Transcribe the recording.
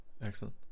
Excellent